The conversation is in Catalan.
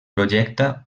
projecta